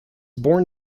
born